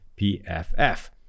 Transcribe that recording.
PFF